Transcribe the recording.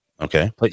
Okay